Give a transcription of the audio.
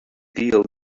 giall